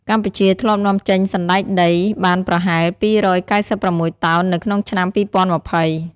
កម្ពុជាធ្លាប់នាំចេញសណ្តែកដីបានប្រហែល ២៩៦ តោននៅក្នុងឆ្នាំ ២០២០។